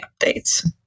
updates